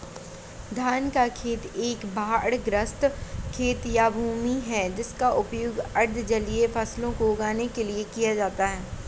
धान का खेत एक बाढ़ग्रस्त खेत या भूमि है जिसका उपयोग अर्ध जलीय फसलों को उगाने के लिए किया जाता है